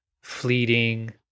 fleeting